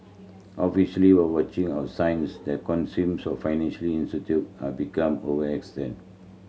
officially are watching of signs that consumes or financially are become overextend